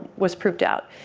was proved out.